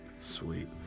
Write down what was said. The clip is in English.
Sweet